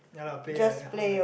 ya lah pay lah then how like